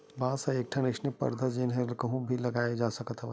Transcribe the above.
बांस ह एकठन अइसन पउधा हरय जेन ल कहूँ भी लगाए जा सकत हवन